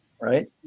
right